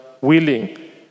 willing